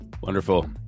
wonderful